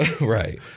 Right